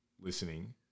listening